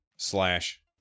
slash